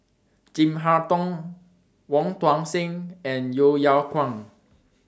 Chin Harn Tong Wong Tuang Seng and Yeo Yeow Kwang